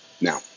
Now